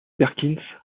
perkins